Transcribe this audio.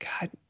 God